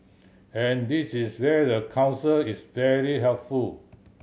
and this is where the Council is very helpful